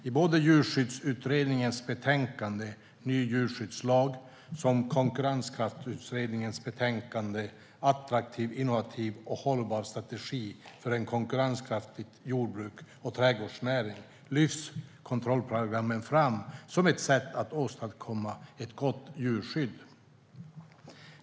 I såväl Djurskyddsutredningens betänkande Ny djurskyddslag som Konkurrenskraftsutredningens betänkande Attraktiv, innovativ och hållbar - strategi för en konkurrenskraftig jordbruks och trädgårdsnäring lyfts kontrollprogram fram som ett sätt att åstadkomma ett gott djurskydd.